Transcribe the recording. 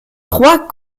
trois